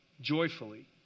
joyfully